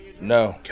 No